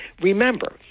remember